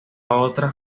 otra